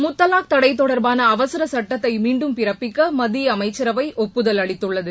முத்தவாக் தடை தொடர்பான அவசரச் சட்டத்தை மீண்டும் பிறப்பிக்க மத்திய அமைச்சரவை ஒப்புதல் அளித்துள்ளது